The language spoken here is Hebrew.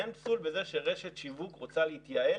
אין פסול בזה שרשת שיווק רוצה להתייעל